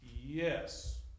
Yes